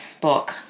book